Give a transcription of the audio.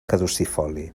caducifoli